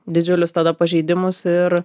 didžiulius tada pažeidimus ir